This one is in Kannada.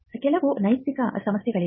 ಕೆಲವು ನೈತಿಕ ಸಮಸ್ಯೆಗಳಿವೆ